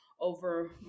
over